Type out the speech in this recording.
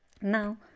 Now